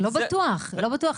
לא בטוח, לא בטוח.